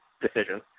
decision